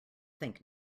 think